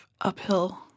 uphill